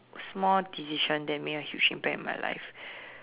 small decision that made a huge impact in my life